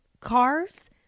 cars